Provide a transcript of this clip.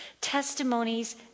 Testimonies